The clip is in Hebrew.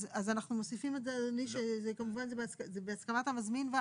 אז אנחנו מוסיפים את זה אדוני שזה כמובן בהסכמת המזמין.